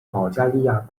保加利亚